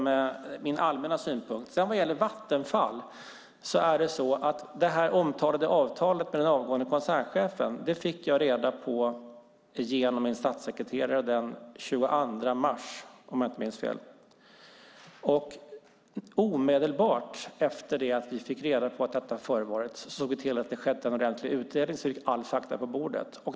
När det gäller Vattenfall fick jag reda på avtalet med den avgående koncernchefen genom min statssekreterare den 22 mars, om jag inte minns fel. Omedelbart efter att vi fick reda på att detta förevarit såg vi till att det skedde en ordentlig utredning, så att vi fick alla fakta på bordet.